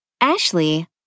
Ashley